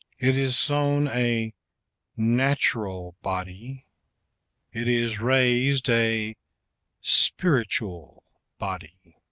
it is sown a natural body it is raised a spiritual body.